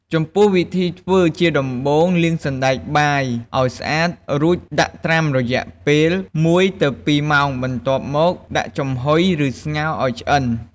ចំពោះវិធីធ្វើ ជាដំបូង លាងសណ្តែកបាយឱ្យស្អាតរួចដាក់ត្រាំរយៈពេល ១ទៅ២ម៉ោងបន្ទាប់មកដាក់ចំហុយឬស្ងោរឱ្យឆ្អិន។